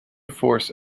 force